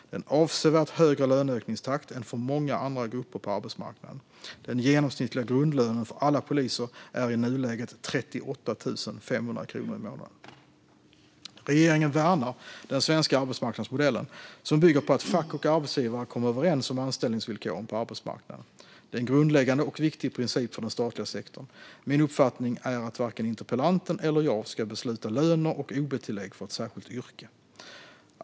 Det är en avsevärt högre löneökningstakt än för många andra grupper på arbetsmarknaden. Den genomsnittliga grundlönen för alla poliser är i nuläget 38 500 kronor i månaden. Regeringen värnar den svenska arbetsmarknadsmodellen, som bygger på att fack och arbetsgivare kommer överens om anställningsvillkoren på arbetsmarknaden. Det är en grundläggande och viktig princip för den statliga sektorn. Min uppfattning är att varken interpellanten eller jag ska besluta löner och ob-tillägg för ett särskilt yrke.